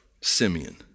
Simeon